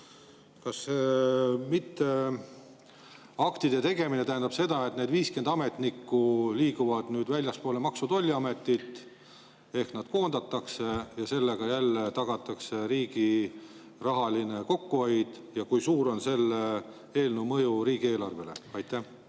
Kas aktide mittetegemine tähendab seda, et need 50 ametnikku liiguvad väljaspoole Maksu- ja Tolliametit ehk nad koondatakse ja sellega tagatakse riigi rahaline kokkuhoid? Ja kui suur on selle eelnõu mõju riigieelarvele? Aitäh,